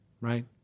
right